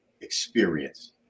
experience